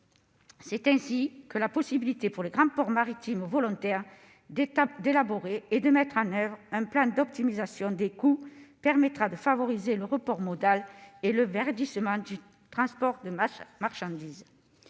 est ainsi de la possibilité pour les grands ports maritimes volontaires d'élaborer et de mettre en oeuvre un plan d'optimisation des coûts, ce qui permettra de favoriser le report modal et le verdissement du transport de marchandises.